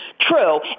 true